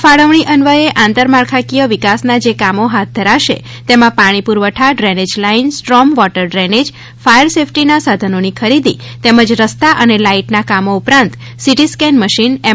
આ ફાળવણી અન્વયે આંતરમાળખાકીય વિકાસના જે કામો હાથ ધરાશે તેમાં પાણી પૂરવઠા drainage line storm water drainage fire સેફટીના સાધનોની ખરીદી તેમજ રસ્તા અને લાઇટના કામો ઉપરાંત સિટી સ્કેન મશીન એમ